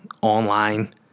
online